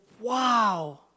wow